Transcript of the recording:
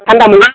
थान्दा मोना